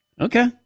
Okay